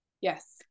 Yes